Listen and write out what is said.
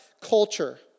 culture